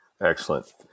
Excellent